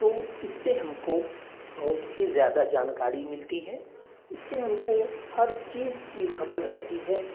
تو اس سے ہم کو بہت ہی زیادہ جانکاری ملتی ہے اس سے ہم کو ہر چیز کی خبر رہتی ہے